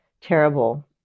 terrible